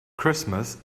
christmas